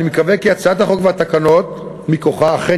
אני מקווה כי הצעת החוק והתקנות מכוחה אכן